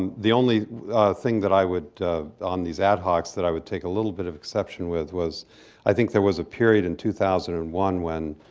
and the only thing that i would on these ad hocs that i would take a little bit of exception with was i think there was a period in two thousand and one when